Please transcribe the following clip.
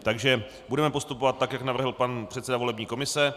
Takže budeme postupovat tak, jak navrhl pan předseda volební komise.